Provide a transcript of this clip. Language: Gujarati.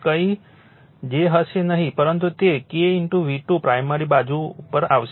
કંઈ હશે નહીં પરંતુ તે K V2 પ્રાઇમરી બાજુ ઉપર આવશે